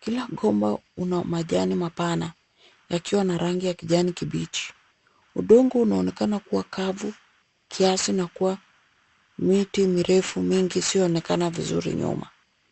Kila gomba una majani mapana yakiwa na rangi ya kijani kibichi. Udongo unaonekana kuwa kavu kiasi na kuwa miti mirefu mingi isiyoonekana vizuri nyuma.